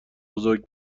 بزرگ